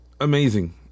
amazing